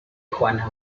juana